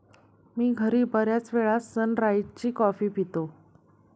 मी घरी बर्याचवेळा सनराइज ची कॉफी पितो